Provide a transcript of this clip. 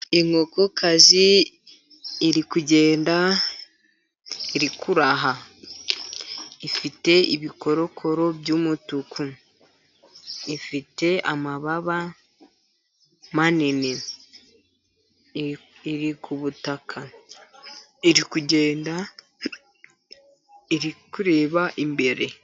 Inkokokazi iri kugenda iri kuraha, ifite ibirokoroko by'umutuku, ifite amababa manini, iri ku butaka, iri kugenda iri kureba imbere.